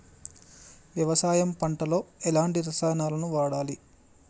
వ్యవసాయం పంట లో ఎలాంటి రసాయనాలను వాడాలి?